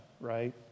right